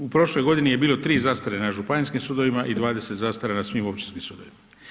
U prošloj godini je bilo 3 zastare na županijskim sudovima i 20 zastara na svim općinskim sudovima.